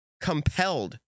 compelled